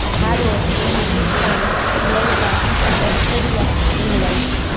Bharat Pakistan Sri Lanka Australia England